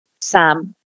Sam